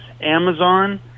amazon